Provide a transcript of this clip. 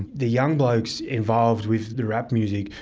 the young blokes involved with the rap music,